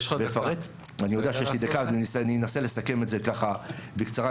אני אנסה לסכם את זה ככה בקצרה,